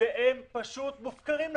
והם פשוט מופקרים לחלוטין.